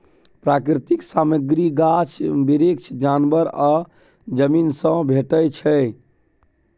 प्राकृतिक सामग्री गाछ बिरीछ, जानबर आ जमीन सँ भेटै छै